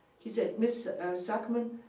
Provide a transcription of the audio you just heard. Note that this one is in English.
he said, miss sackmann,